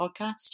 podcast